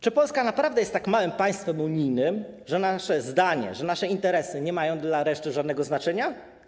Czy Polska naprawdę jest tak małym państwem unijnym, że nasze zdanie, że nasze interesy nie mają dla reszty żadnego znaczenia?